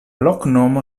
loknomo